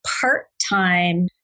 part-time